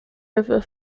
river